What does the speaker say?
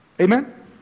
Amen